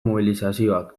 mobilizazioak